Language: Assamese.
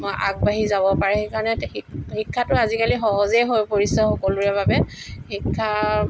আগবাঢ়ি যাব পাৰে সেইকাৰণে শিক্ষাটো আজিকালি সহজেই হৈ পৰিছে সকলোৰে বাবে শিক্ষা